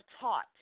taught